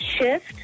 shift